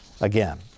again